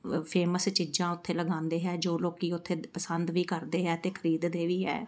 famous ਚੀਜ਼ਾਂ ਉੱਥੇ ਲਗਾਉਂਦੇ ਹੈ ਜੋ ਲੋਕ ਉੱਥੇ ਪਸੰਦ ਵੀ ਕਰਦੇ ਹੈ ਅਤੇ ਖ਼ਰੀਦ ਦੇ ਵੀ ਹੈ